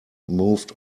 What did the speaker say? moved